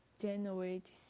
generate